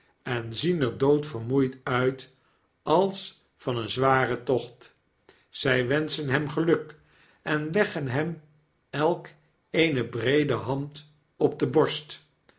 en zien er dood vermoeid uit als van een zwaren tocht zy wenschen hem geluk en leggen hem elk eene breede hand op de borst